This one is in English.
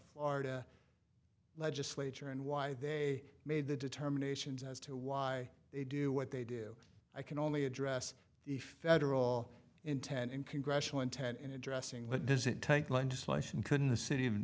florida legislature and why they made the determination as to why they do what they do i can only address the federal intent and congressional intent in addressing that does it take legislation couldn't the city of